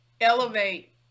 Elevate